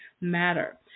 matter